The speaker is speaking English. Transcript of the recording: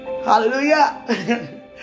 Hallelujah